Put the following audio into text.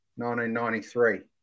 1993